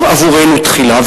עבורנו תחילה,